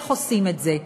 איך עושים את זה?